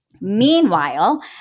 Meanwhile